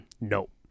nope